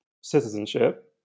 citizenship